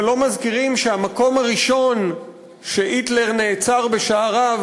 אבל לא מזכירים שהמקום הראשון שהיטלר נעצר בשעריו